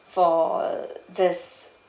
for this